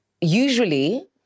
usually